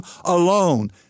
alone